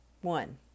One